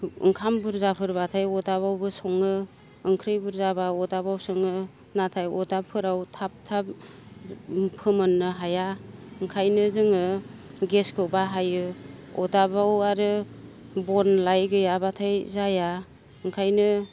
ओंखाम बुर्जाफोरबाथाय अरदाबावबो सङो ओंख्रि बुर्जाबा अरदाबाव सङो नाथाय अरदाबफोराव थाब थाब फोमोननो हाया ओंखायनो जोङो गेसखौ बाहायो अरदाबाव आरो बन लाय गैयाबाथाय जाया ओंखायनो